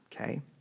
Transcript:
okay